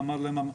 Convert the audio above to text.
ואמר להם,